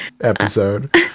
episode